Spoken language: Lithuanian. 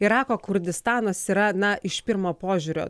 irako kurdistanas yra na iš pirmo požiūrio